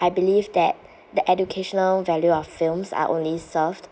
I believe that the educational value of films are only served